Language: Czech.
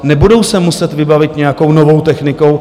Nebudou se muset vybavit nějakou novou technikou?